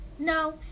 No